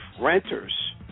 renters